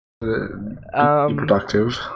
Productive